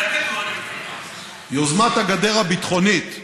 יוזמת הגדר הביטחונית,